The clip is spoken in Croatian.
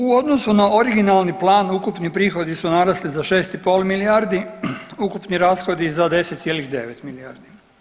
U odnosu na originalni plan ukupni prihodi su narasli za 6,5 milijardi, ukupni rashodi za 10,9 milijardi.